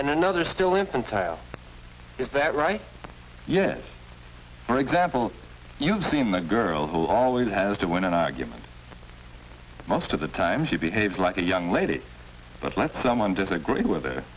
in another still infant child is that right yes for example you've seen the girl who always has to win an argument most of the time she behaves like a young lady but let someone disagree with the